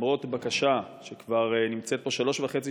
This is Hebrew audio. למרות בקשה שכבר נמצאת פה שלוש וחצי